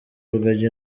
rugagi